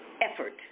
effort